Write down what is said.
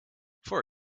for